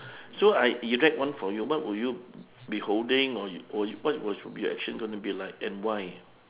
so I erect one for you what would you be holding or you or you what would be your action going to be like and why